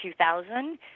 2000